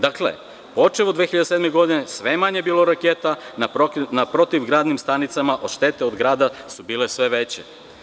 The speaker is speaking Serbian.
Dakle, počev od 2007. godine, sve je manje bilo raketa na protivgradnim stanicama, a štete od grada su bile sve veće.